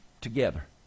together